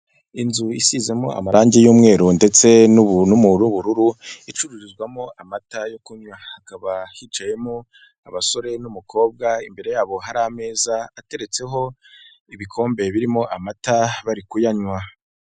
Inzu isizemo amarangi y'umweru ndetse n'ubururu icururizwamo amata yo kunywa, hakaba hicayemo abasore n'umukobwa, imbere y'abo hari ameza ateretseho ibikombe birimo amata bari kuyanywa.